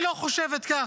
היא לא חושבת כך.